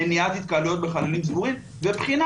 מניעת התקהלויות בחללים סגורים ובחינה